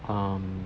um